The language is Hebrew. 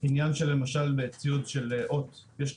בציוד פרטי, הן מחייבות